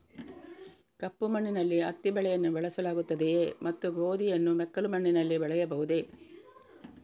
ಕಪ್ಪು ಮಣ್ಣಿನಲ್ಲಿ ಹತ್ತಿ ಬೆಳೆಯನ್ನು ಬೆಳೆಸಲಾಗುತ್ತದೆಯೇ ಮತ್ತು ಗೋಧಿಯನ್ನು ಮೆಕ್ಕಲು ಮಣ್ಣಿನಲ್ಲಿ ಬೆಳೆಯಬಹುದೇ?